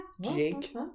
jake